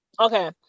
okay